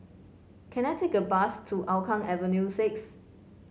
can I take a bus to Hougang Avenue six